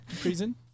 prison